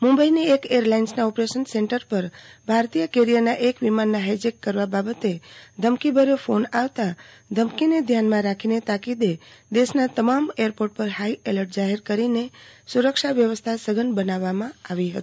મુંબઈની એક airlines operation centre પર ભારતીય કેરિયરની એક વિમાનમાં ફાઈજેક કરવા બાબતે ધમકીભર્યો ફોન આવતાં ધમકીને ધ્યાનમાં રાખીને તાકીદે દેશના તમામ એરપોર્ટ પર ફાઈએલર્ટ જાફેર કરીને સુરક્ષા વ્યવસ્થા સધન બનાવવામાં આવી હતી